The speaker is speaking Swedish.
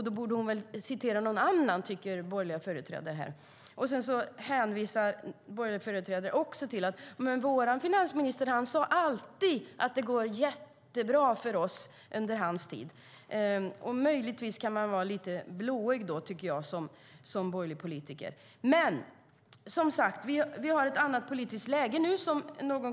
Då borde hon väl citera någon annan, tycker borgerliga företrädare här. Sedan hänvisar de till att deras finansminister alltid sade att det under hans tid gick jättebra för Sverige. Möjligtvis är man som borgerlig politiker då lite blåögd. Men, som sagt, nu har vi ett annat politiskt läge.